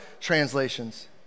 translations